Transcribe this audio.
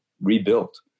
rebuilt